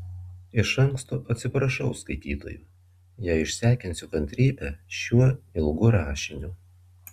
iš anksto atsiprašau skaitytojų jei išsekinsiu kantrybę šiuo ilgu rašiniu